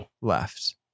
left